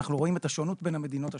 אנחנו רואים את השונות בין המדינות השונות.